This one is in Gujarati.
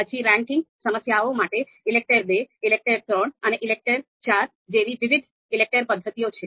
પછી રેન્કિંગ સમસ્યાઓ માટે ELECTRE II ELECTRE III અને ELECTRE Iv જેવી વિવિધ ELECTRE પદ્ધતિઓ છે